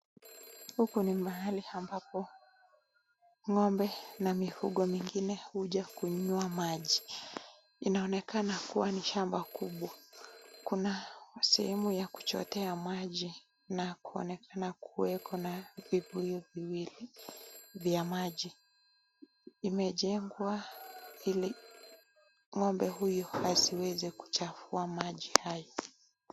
Huku ni mahali ambapo ng'ombe na mifugo mengine huja kunywa maji. Inaonekana kuwa ni shamba kumbwa, kuna sehemu yakuchotea maji na kuonekana kuweko na vibuyu viwili vya maji imejengwa ili ngombe huyo asiweze kuchafua maji hayo.